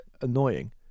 annoying